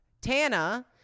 Tana